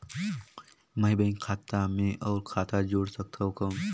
मैं बैंक खाता मे और खाता जोड़ सकथव कौन?